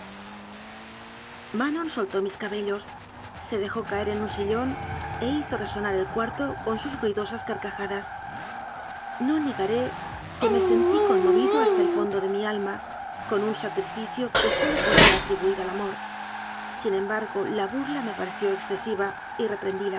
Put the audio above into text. manon soltó mis cabellos se dejó caer en un si llón e hizo resonar el cuarto con sus ruidosas carcajadas no negaré que me sentí conmovido hasta el fondo de mi alma con un sacrificio que sólo po día atribuir al amor sin embargo la burla me pareció excesiva y